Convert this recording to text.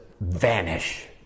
vanish